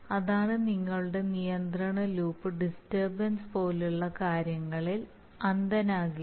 അതാണ് നിങ്ങളുടെ നിയന്ത്രണ ലൂപ്പ് ഡിസ്റ്റർബൻസ് പോലുള്ള കാര്യങ്ങളിൽ അന്ധനാകില്ല